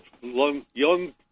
young